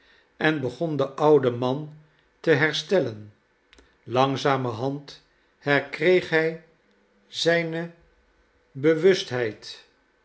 en begon de oude man te herstellen langzamerhand herkreeg hij zijne